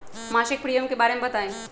मासिक प्रीमियम के बारे मे बताई?